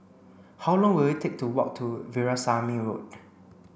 how long will it take to walk to Veerasamy Road